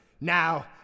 Now